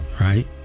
Right